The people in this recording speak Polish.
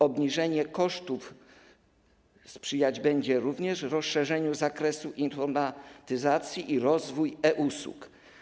Obniżeniu kosztów sprzyjać będzie również rozszerzenie zakresu informatyzacji i rozwój e-usług.